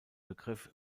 begriff